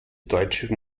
deutsche